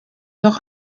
noch